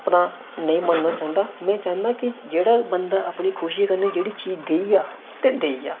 अपना नेईं मन्नना चांह्दा में चाह्न्नां कि जेह्ड़ा बंदा अपनी खुशी कन्नै जेह्ड़ी चीज देई जा ते देई जा